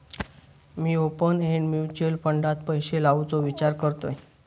मी open end mutual फंडात पैशे लावुचो विचार करतंय